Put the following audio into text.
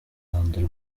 ruhando